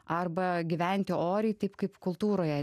arba gyventi oriai taip kaip kultūroje